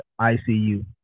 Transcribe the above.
ICU